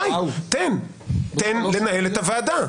די, תן לנהל את הוועדה.